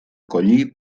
collir